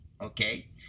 okay